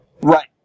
Right